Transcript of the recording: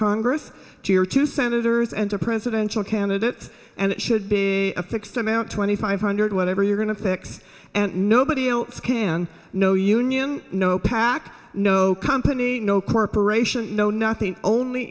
congress or to senators and to presidential candidates and it should be a fixed amount twenty five hundred whatever you're going to fix and nobody else can no union no pac no company no corporation no nothing only